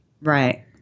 Right